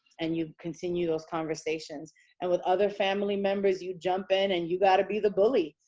and you continue those conversations and with other family members. you jump in and you got to be the bully.